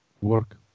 work